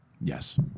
Yes